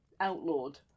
outlawed